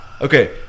Okay